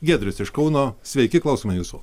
giedrius iš kauno sveiki klausome jūsų